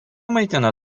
maitina